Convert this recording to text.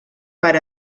per